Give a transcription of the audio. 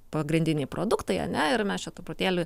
pagrindiniai produktai ane ir mes čia truputėlį